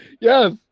Yes